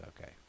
Okay